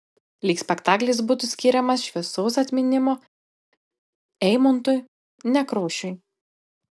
lyg spektaklis būtų skiriamas šviesaus atminimo eimuntui nekrošiui